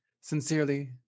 Sincerely